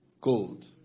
gold